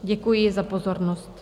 Děkuji za pozornost.